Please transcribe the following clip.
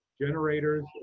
generators